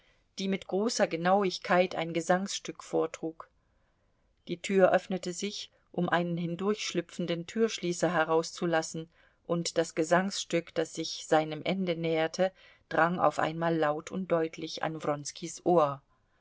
die mit großer genauigkeit ein gesangstück vortrug die tür öffnete sich um einen hindurchschlüpfenden türschließer herauszulassen und das gesangstück das sich seinem ende näherte drang auf einmal laut und deutlich an wronskis ohr